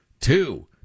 two